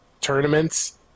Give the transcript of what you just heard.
tournaments